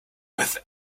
with